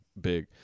big